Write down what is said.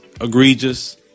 egregious